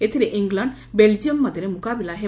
ଏଥିରେ England Belgium ମଧ୍ଧରେ ମୁକାବିଲା ହେବ